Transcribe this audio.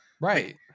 right